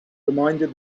reminded